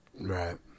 Right